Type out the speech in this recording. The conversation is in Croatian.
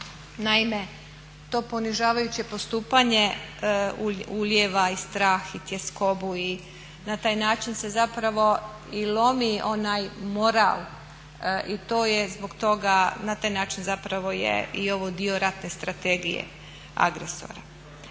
Naime, to ponižavajuće postupanje ulijeva i strah i tjeskobu i na taj način se zapravo i lomi onaj moral i to je zbog toga na taj način zapravo je i ovo dio ratne strategije agresora.